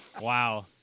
Wow